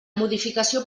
modificació